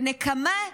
ונקמה,